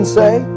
say